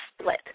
split